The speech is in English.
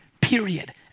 period